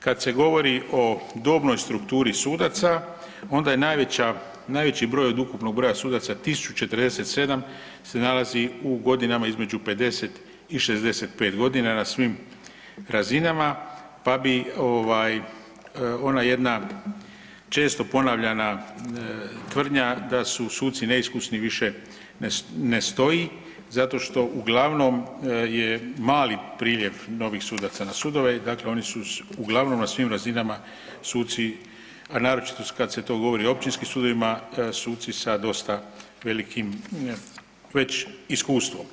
Kad se govori o dobnoj strukturi sudaca onda je najveća, najveći broj od ukupnog broja sudaca 1047 se nalazi u godinama između 50 i 65 godina na svim razinama pa bi ovaj ona jedna često ponavljana tvrdnja da su suci neiskusni više ne stoji, zato što uglavnom je mali priljev novih sudaca na sudove, dakle oni su uglavnom na svim razinama suci, a naročito kad se to govori o općinskim sudovima, suci sa dosta velikim već iskustvom.